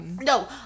No